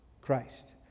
Christ